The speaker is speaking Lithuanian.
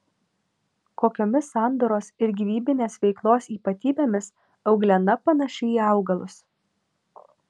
kokiomis sandaros ir gyvybinės veiklos ypatybėmis euglena panaši į augalus